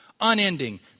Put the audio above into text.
unending